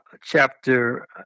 chapter